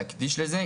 להקדיש לזה,